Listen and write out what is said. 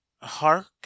hark